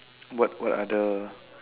what what other